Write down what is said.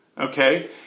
Okay